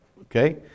okay